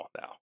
now